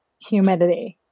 humidity